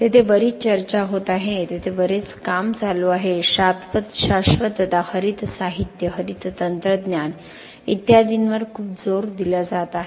तेथे बरीच चर्चा होत आहे तेथे बरेच काम चालू आहे शाश्वतता हरित साहित्य हरित तंत्रज्ञान इत्यादींवर खूप जोर दिला जात आहे